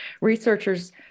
researchers